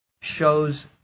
shows